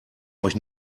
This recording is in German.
euch